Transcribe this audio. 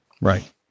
Right